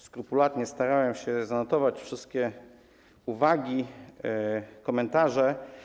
Skrupulatnie starałem się zanotować wszystkie uwagi, komentarze.